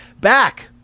back